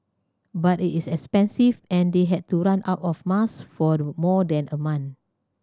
but it is expensive and they had to run out of masks for more than a month